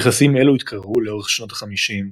יחסים אלו התקררו לאורך שנות ה-50,